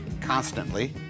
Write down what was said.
Constantly